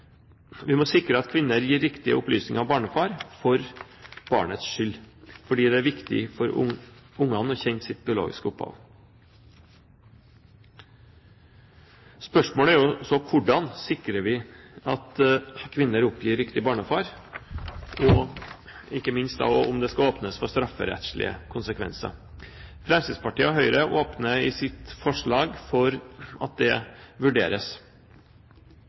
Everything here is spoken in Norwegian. Vi må sikre at kvinner gir riktige opplysninger om barnefar for barnets skyld, fordi det er viktig for barna å kjenne sitt biologiske opphav. Spørsmålet er så: Hvordan sikrer vi at kvinner oppgir riktig barnefar, og ikke minst om det skal åpnes for strafferettslige konsekvenser? Fremskrittspartiet og Høyre åpner i sitt forslag for at det vurderes.